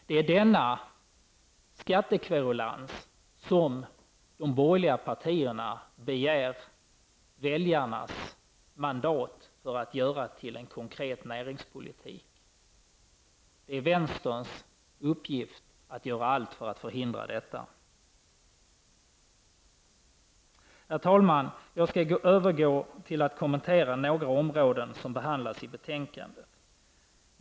Det är denna skattekverulans som de borgerliga partierna begär väljarnas mandat för att göra till en konkret näringspolitik. Det är vänsterns uppgift att göra allt för att förhindra detta. Herr talman! Jag skall övergå till att kommentera några områden som behandlas i betänkandet.